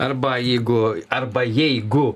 arba jeigu arba jeigu